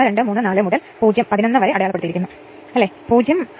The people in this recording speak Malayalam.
2 Ω ഉം 6 Ω ഉം ആണ്